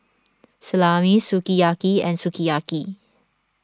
Salami Sukiyaki and Sukiyaki